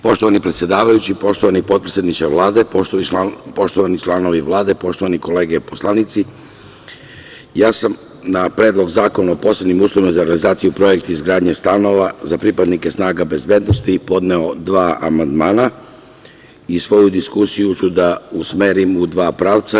Poštovani predsedavajući, poštovani potpredsedniče Vlade, poštovani članovi Vlade, poštovane kolege poslanici, ja sam na Predlog zakona o posebnim uslovima za realizaciju projekta izgradnje stanova za pripadnike snaga bezbednosti podneo dva amandmana i svoju diskusiju ću usmeriti u dva pravca.